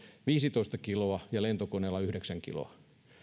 viisitoista kiloa ja lentokoneella yhdeksän kiloa